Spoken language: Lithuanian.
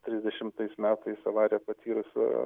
trisdešimais metais avariją patyrusio